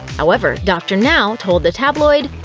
however, dr. now told the tabloid,